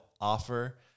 offer